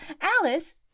Alice